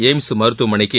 AIIMS மருத்துவமனைக்கு